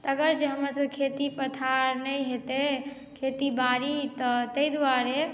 अगर जे हमरा सभकेँ खेती पथार नहि हेतै खेती बाड़ी तऽ ताहि दुआरे